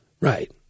Right